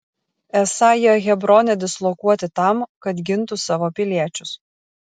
esą jie hebrone dislokuoti tam kad gintų savo piliečius